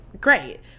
Great